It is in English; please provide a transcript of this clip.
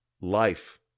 life